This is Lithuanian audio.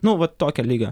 nu vat tokio lygio